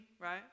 right